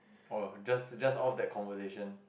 oh just just all that conversation